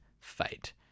Fate